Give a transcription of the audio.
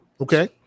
Okay